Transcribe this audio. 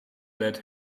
that